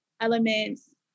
elements